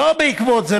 לא בעקבות זה,